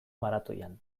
maratoian